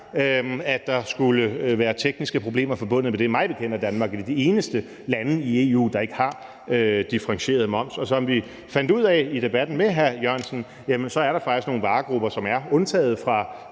at der skulle være tekniske problemer forbundet med det. Mig bekendt er Danmark et af de eneste lande i EU, der ikke har differentieret moms, og som vi fandt ud af i debatten med hr. Jan E. Jørgensen, er der faktisk nogle varegrupper, som er undtaget fra